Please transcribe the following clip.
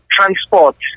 Transport